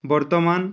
ବର୍ତ୍ତମାନ